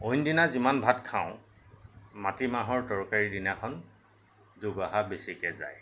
অইনদিনা যিমান ভাত খাওঁ মাটিমাহৰ তৰকাৰী দিনাখন দুগৰা বেছিকৈ যায়